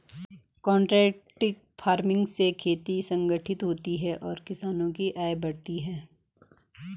contract farming से खेती संगठित होती है और किसानों की आय बढ़ती है